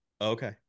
Okay